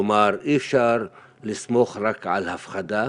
אי אפשר לסמוך רק על הפחדה